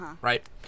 right